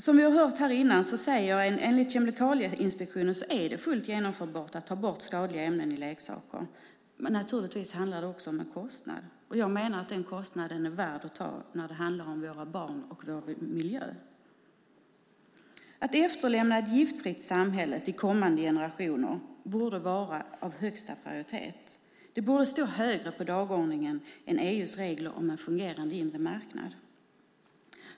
Som vi har hört är det enligt Kemikalieinspektionen fullt genomförbart att ta bort skadliga ämnen i leksaker. Naturligtvis handlar det om en kostnad, men jag menar att den kostnaden är värd att ta, när det handlar om våra barn och vår miljö. Att efterlämna ett giftfritt samhälle till kommande generationer borde vara av högsta prioritet. Det borde stå högre på dagordningen än EU:s regler om en fungerande inre marknad.